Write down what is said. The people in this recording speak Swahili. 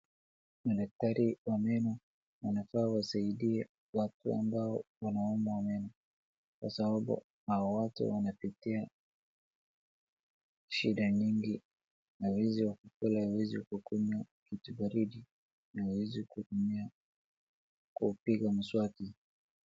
Madaktari wa meno wanafaa wasaidie watu ambao wanaumwa meno kwa sababu hao watu wanapitia shida nyingi na hawezi wakakula hawawezi kukunywa kitu baridi na hawawezi kutumia kupiga mswaki.